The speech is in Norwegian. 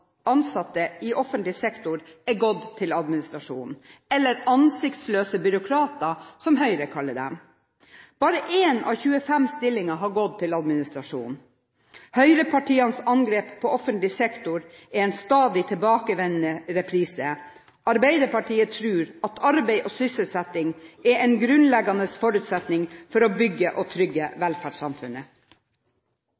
ansatte i offentlig sektor er gått til administrasjon – eller ansiktsløse byråkrater, som Høyre kaller dem. Bare 1 av 25 stillinger har gått til administrasjon. Høyrepartienes angrep på offentlig sektor er en er en stadig tilbakevendende reprise. Arbeiderpartiet tror at arbeid og sysselsetting er en grunnleggende forutsetning for å bygge og trygge